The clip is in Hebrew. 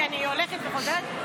כי אני הולכת וחוזרת,